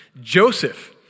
Joseph